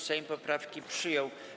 Sejm poprawki przyjął.